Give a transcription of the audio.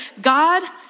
God